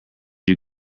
you